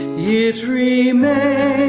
yeah it remains